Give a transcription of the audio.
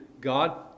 God